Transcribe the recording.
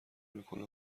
میکنه